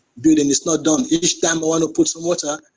building is not done. each time one put some water,